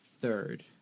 Third